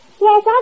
Yes